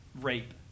rape